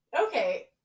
okay